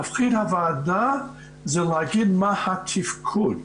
תפקיד הוועדה זה להגיד מה התפקוד,